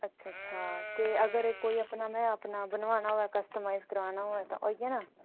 अच्छा अच्छा ते अगर अपना कोई में बनोआना होऐ तां कस्टेमाइज करोआना होऐ ते होई जाना